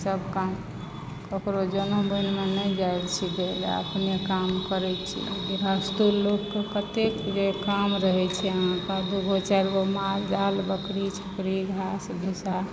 सब काम ककरो जोनो बोनि मे नहि जाइ छी कि जे लए अपने काम करै छी स्कूलो के कत्तेक जे काम रहै छै ओ दू चारि गो माल जाल बकरी छकरी घास भूसा